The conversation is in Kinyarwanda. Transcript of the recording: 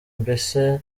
mbese